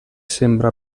sembra